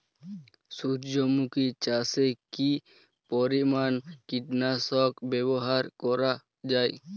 সূর্যমুখি চাষে কি পরিমান কীটনাশক ব্যবহার করা যায়?